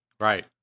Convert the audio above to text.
right